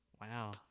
Wow